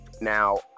Now